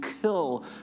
kill